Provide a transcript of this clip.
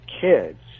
kids